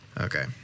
Okay